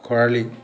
খৰালি